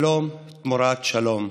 שלום תמורת שלום,